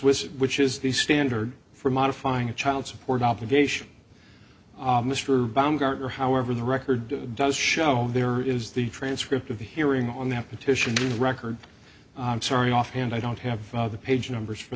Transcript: with which is the standard for modifying a child support obligation mr baumgartner however the record does show there is the transcript of the hearing on that petition the record i'm sorry offhand i don't have the page numbers for